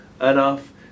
enough